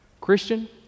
Christian